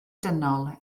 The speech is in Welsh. dynol